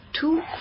two